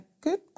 good